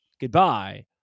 goodbye